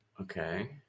Okay